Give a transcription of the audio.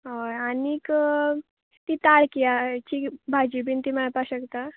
होय आनीक ती ता किळ्याची भाजी बीन ती मेळपाक शकता